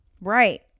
Right